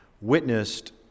witnessed